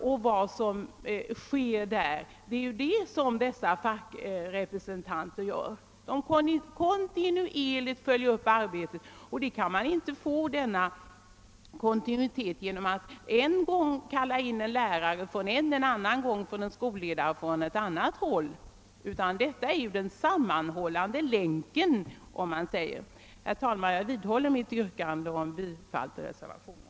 Någon kontinuitet får man inte om man den ena gången tillkallar en lärare och den andra gången en skolledare från ett annat håll. Fackrepresentanten bör alltså vara den sammanhållande länken. Herr talman! Jag vidhåller mitt yrkande om bifall till reservationen.